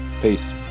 Peace